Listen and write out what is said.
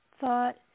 thought